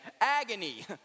agony